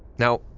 now,